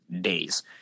days